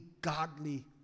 godly